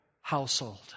household